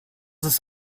ist